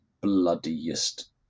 bloodiest